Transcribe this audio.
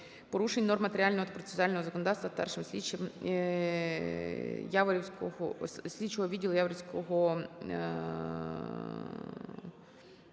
порушень норм матеріального та процесуального законодавства